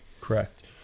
Correct